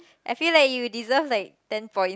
I feel like you deserve like ten points